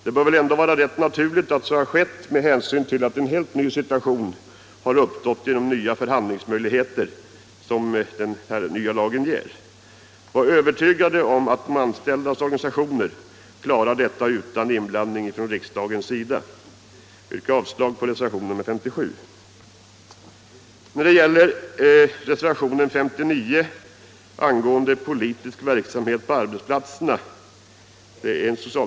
Det bör väl ändå vara rätt naturligt att så har skett, med hänsyn till att en helt ny situation har uppstått i och med de förhandlingsmöjligheter som den nya lagen ger. Jag är övertygad om att de anställdas organisationer klarar detta utan inblandning från riksdagen. Jag yrkar avslag på reservationen 57. Jag yrkar bifall till den socialdemokratiska reservationen 59, angående politisk verksamhet på arbetsplatserna.